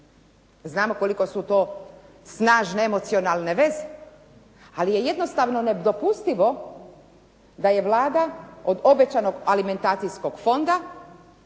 Znamo koliko su to snažene emocionalne veze, ali je jednostavno nedopustivo da je Vlada od obećanog alimentacijskog fonda,